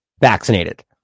vaccinated